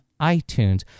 iTunes